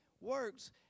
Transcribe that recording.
works